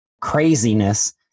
craziness